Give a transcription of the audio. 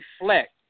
reflect